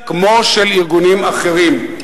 כמו של ארגונים אחרים.